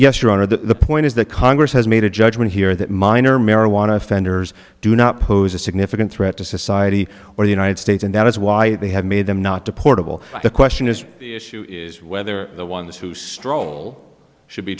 yes your honor the point is that congress has made a judgment here that minor marijuana offenders do not pose a significant threat to society or the united states and that is why they have made them not deportable the question is whether the ones who stroll should be